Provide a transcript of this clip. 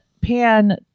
Pan